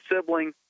sibling